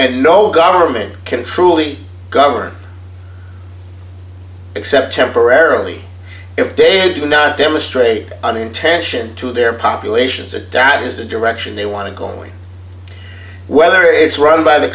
no government can truly govern except temporarily if they do not demonstrate an intention to their populations adat is the direction they want to go in whether it's run by the